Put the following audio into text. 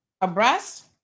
abreast